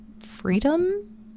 freedom